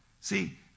See